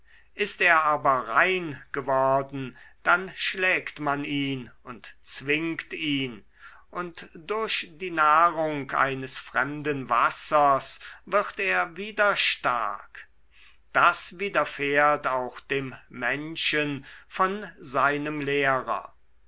ist er aber rein geworden dann schlägt man ihn und zwingt ihn und durch die nahrung eines fremden wassers wird er wieder stark das widerfährt auch dem menschen von seinem lehrer